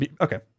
okay